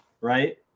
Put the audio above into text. Right